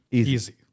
easy